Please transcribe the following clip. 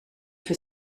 für